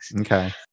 Okay